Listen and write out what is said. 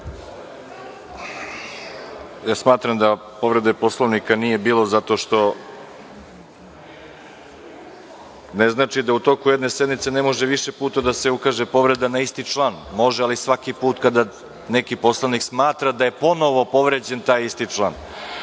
Smatram da povrede Poslovnika nije bilo. Ne znači da u toku jedne sednice ne može više puta da se ukaže povreda na isti član. Može, ali svaki put kada neki poslanik smatra da je ponovo povređen taj isti član.